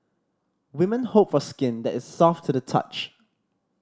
women hope for skin that is soft to the touch